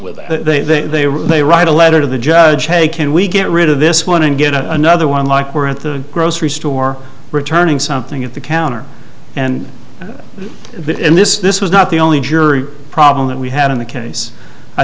with that they may write a letter to the judge hey can we get rid of this one and get another one like we're at the grocery store returning something at the counter and that in this this was not the only jury problem that we had in the case i